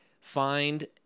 find